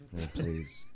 Please